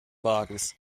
wagens